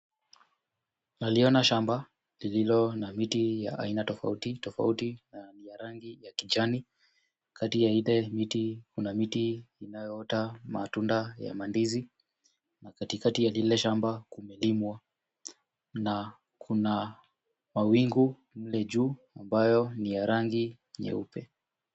Naliona shamba lililo na miti ya aina tofauti tofauti na ya rangi ya kijani. Kati ya ile miti kuna miti inayoota matunda ya mandizi na katikati ya lile shamba kumelimwa na kuna mawingu mle juu ambayo ni ya rangi nyeupe.